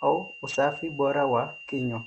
au usafi bora wa kinywa.